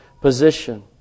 position